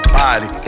body